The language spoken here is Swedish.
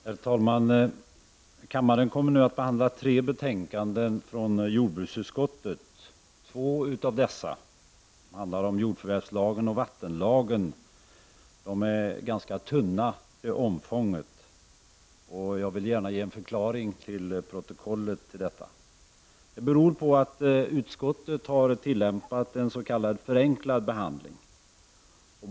Herr talman! Kammaren kommer nu att behandla tre betänkanden från jordbruksutskottet. Betänkandena är ganska tunna till omfånget och jag vill lämna en förklaring att antecknas till protokollet om anledningen. Det beror på att utskottet har tillämpat en s.k. förenklad behandling.